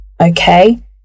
Okay